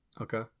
Okay